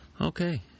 Okay